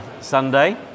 Sunday